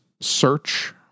search